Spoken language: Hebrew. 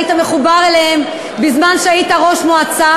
היית מחובר אליהם בזמן שהיית ראש מועצה,